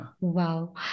Wow